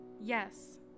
Yes